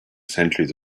centuries